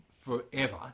forever